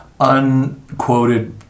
unquoted